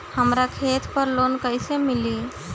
हमरा खेत पर लोन कैसे मिली?